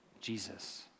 Jesus